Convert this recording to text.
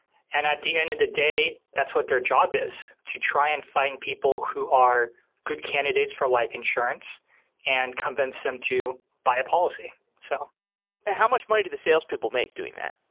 and at the end of the day, that's what their job is, to try and find people who are good candidates for life insurance and convince them to buy a policy so how much money do the salespeople make doing that?